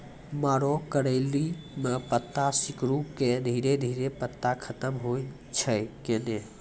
मरो करैली म पत्ता सिकुड़ी के धीरे धीरे पत्ता खत्म होय छै कैनै?